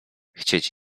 chcieć